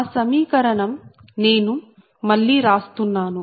ఆ సమీకరణం నేను ఇక్కడ మళ్ళీ రాస్తున్నాను